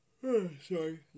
sorry